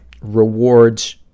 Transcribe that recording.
rewards